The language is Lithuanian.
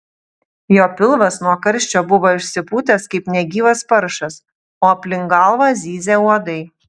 jo pilvas nuo karščio buvo išsipūtęs kaip negyvas paršas o aplink galvą zyzė uodai